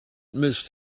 missed